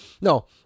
No